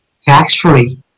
tax-free